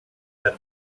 that